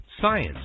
science